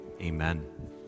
Amen